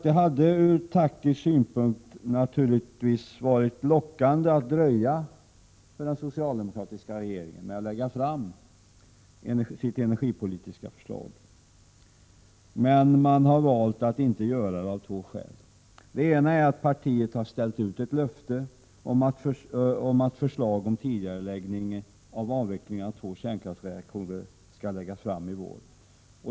Det hade naturligtvis varit lockande från taktisk synpunkt för den socialdemokratiska regeringen att dröja med att lägga fram sitt energipolitiska förslag, men man har valt att inte göra det, och detta av två skäl. Det ena är att partiet har ställt ut ett löfte om att ett förslag om en tidigareläggning av avveckling av två kärnkraftverk skall läggas fram i vår.